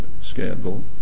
scandal